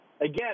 Again